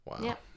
Wow